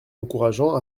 encourageant